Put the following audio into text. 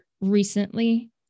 recently